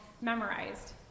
memorized